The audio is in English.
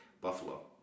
Buffalo